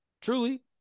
Truly